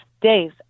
days